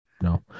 no